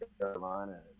Carolina